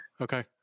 Okay